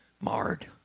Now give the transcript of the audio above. marred